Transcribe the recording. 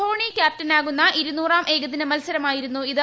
ധോണി ക്യാപ്റ്റനാകുന്ന ഇരുന്നൂറാം ഏകദിന മൽസരമായിരുന്നു ഇത്